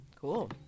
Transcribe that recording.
Cool